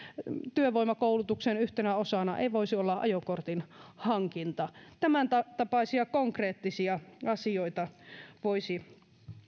työvoimakoulutuksen yhtenä osana ei voisi olla ajokortin hankinta tämäntapaisia konkreettisia asioita voisi